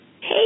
Hey